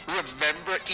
Remember